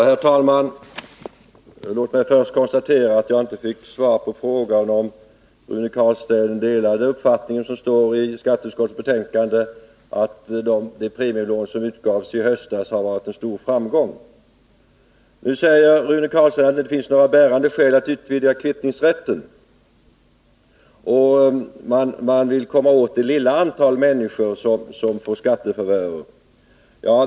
Herr talman! Låt mig först konstatera att jag inte fick något svar på frågan, om Rune Carlstein delar den uppfattning som står angiven i skatteutskottets betänkande, nämligen att det premielån som utgavs i höstas har varit en stor framgång. Nu säger Rune Carlstein att det inte finns några bärande skäl för att utvidga kvittningsrätten och att man vill komma åt det lilla antal människor som får skattefavörer.